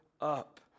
up